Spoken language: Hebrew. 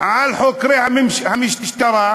על חוקרי המשטרה,